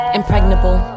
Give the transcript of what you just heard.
impregnable